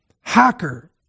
hacker